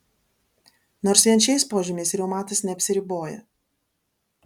nors vien šiais požymiais reumatas neapsiriboja